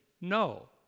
no